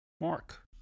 Mark